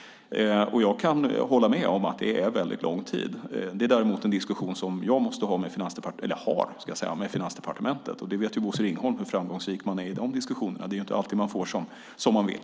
Jag kan hålla med om att 90 dagar är mycket lång tid. Det är dock en diskussion som jag har med Finansdepartementet, och Bosse Ringholm vet ju hur framgångsrik man är i de diskussionerna. Det är inte alltid man får som man vill.